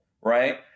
right